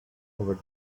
over